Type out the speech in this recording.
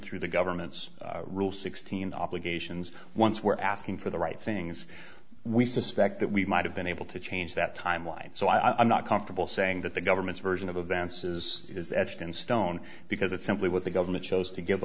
through the government's rule sixteen obligations once we're asking for the right things we suspect that we might have been able to change that timeline so i'm not comfortable saying that the government's version of advances is etched in stone because it's simply what the government chose to give